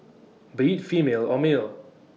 be IT female or male